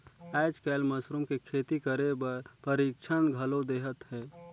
आयज कायल मसरूम के खेती करे बर परिक्छन घलो देहत हे